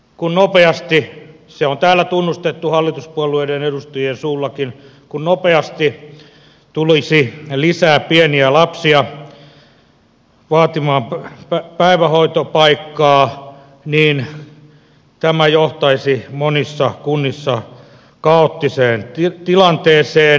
kun nopeasti se on täällä tunnustettu hallituspuolueiden edustajienkin suulla tulisi lisää pieniä lapsia vaatimaan päivähoitopaikkaa niin tämä johtaisi monissa kunnissa kaoottiseen tilanteeseen